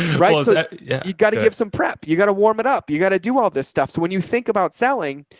right. so you've got to give some prep, you've got to warm it up. you got to do all this stuff. so when you think about selling,